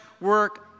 work